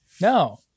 No